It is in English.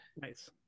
Nice